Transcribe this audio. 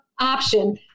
option